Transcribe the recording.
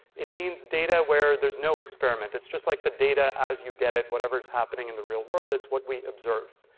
it means data where there's no experiment. it's just like the data as you get it, whatever is happening in the world that's what we observe.